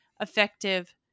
effective